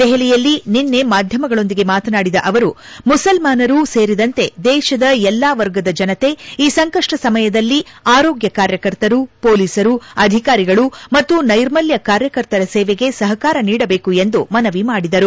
ದೆಹಲಿಯಲ್ಲಿ ನಿನ್ನೆ ಮಾಧ್ವಮಗಳೊಂದಿಗೆ ಮಾತನಾಡಿದ ಅವರು ಮುಸಲ್ಲಾರು ಸೇರಿದಂತೆ ದೇಶದ ಎಲ್ಲಾ ವರ್ಗದ ಜನತೆ ಈ ಸಂಕಷ್ನ ಸಮಯದಲ್ಲಿ ಆರೋಗ್ಗ ಕಾರ್ಯಕರ್ತರು ಪೊಲೀಸರು ಅಧಿಕಾರಿಗಳು ಮತ್ತು ನೈರ್ಮಲ್ಲ ಕಾರ್ಯಕರ್ತರ ಸೇವೆಗೆ ಸಹಕಾರ ನೀಡಬೇಕು ಎಂದು ಮನವಿ ಮಾಡಿದರು